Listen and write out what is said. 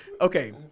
okay